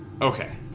Okay